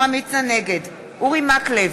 נגד אורי מקלב,